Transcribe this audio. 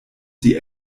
die